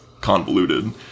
convoluted